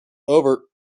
over